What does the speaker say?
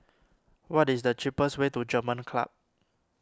what is the cheapest way to German Club